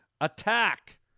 attack